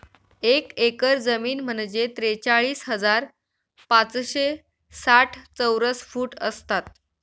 एक एकर जमीन म्हणजे त्रेचाळीस हजार पाचशे साठ चौरस फूट असतात